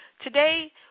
today